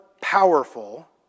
powerful